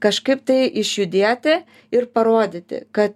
kažkaip tai išjudėti ir parodyti kad